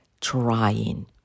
trying